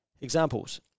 Examples